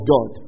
God